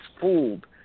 fooled